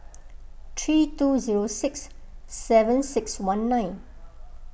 three two zero six seven six one nine